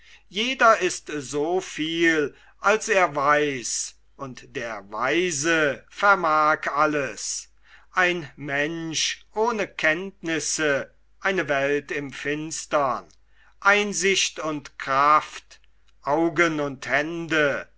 jeder ist so viel als er weiß und der weise vermag alles ein mensch ohne kenntnisse eine welt im finstern einsicht und kraft augen und hände